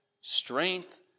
strength